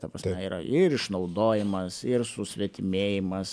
ta prasme yra ir išnaudojimas ir susvetimėjimas